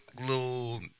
little